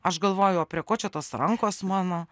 aš galvoju o prie ko čia tos rankos mano